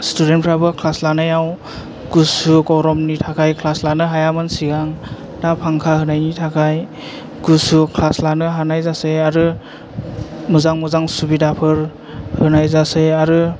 सिथुदेन्तफ्राबो class लानायाव गुसु गरमनि थाखाय ख्लास लानो हायामोन सिगां दा फांखा होनायनि थाखाय गुसु ख्लास लानो हानाय जासै आरो मोजां मोजां सुबिदाफोर होनाय जासै आरो